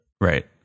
right